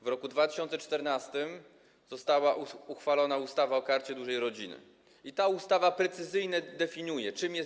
W roku 2014 została uchwalona ustawa o Karcie Dużej Rodziny i ta ustawa precyzyjnie definiuje, czym jest.